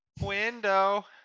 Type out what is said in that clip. window